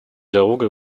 диалога